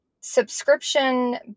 subscription